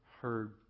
heard